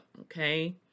Okay